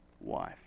wife